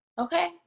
Okay